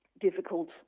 difficult